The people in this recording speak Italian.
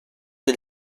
del